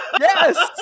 Yes